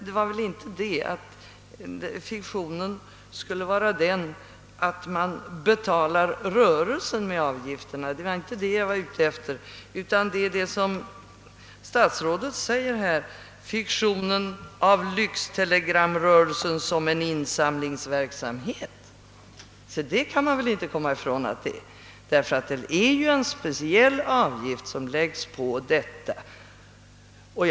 Det var inte fiktionen att rörelsen skulle betalas med avgifterna som jag syftade på utan det var, såsom herr statsrådet framhållit, »fiktionen av lyxtelegramrörelsen som en insamlingsverksamhet». Att det är fråga om en sådan kan man nämligen inte komma ifrån, eftersom det är en speciell avgift som läggs på för detta ändamål.